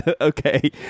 Okay